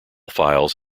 files